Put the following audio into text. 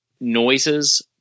noises